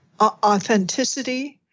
authenticity